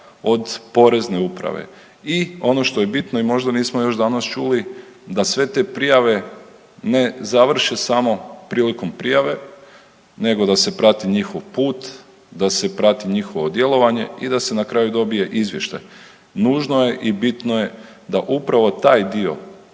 od porezne uprave i ono što je bitno i možda nismo još danas čuli da sve te prijave ne završe samo prilikom prijave nego da se prati njihov put, da se prati njihovo djelovanje i da se na kraju dobije izvještaj. Nužno je i bitno je da upravo taj dio